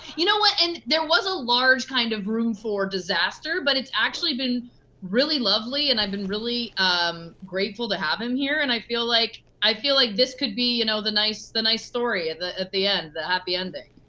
you know what, and there was a large kind of room for disaster but it's actually been really lovely and i've been really um grateful to have him here. and i feel like i feel like this could be you know the nice the nice story at the end, the happy ending.